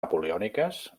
napoleòniques